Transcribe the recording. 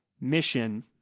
mission